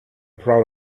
proud